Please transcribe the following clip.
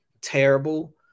terrible